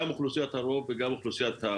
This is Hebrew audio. גם לאוכלוסיית הרוב וגם המיעוט.